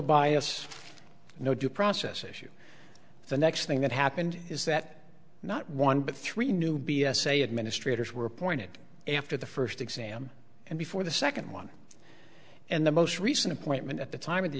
bias no due process issue the next thing that happened is that not one but three new b s a administrators were appointed after the first exam and before the second one and the most recent appointment at the time of the